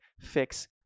fix